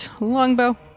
Longbow